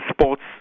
sports